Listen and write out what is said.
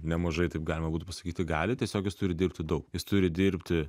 nemažai taip galima būtų pasakyti gali tiesiog jis turi dirbti daug jis turi dirbti